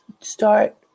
start